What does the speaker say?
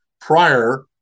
prior